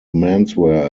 menswear